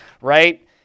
right